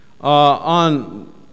on